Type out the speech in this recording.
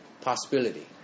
possibility